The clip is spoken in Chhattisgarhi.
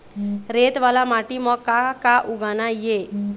रेत वाला माटी म का का उगाना ये?